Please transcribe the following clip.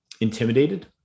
intimidated